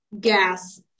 Gas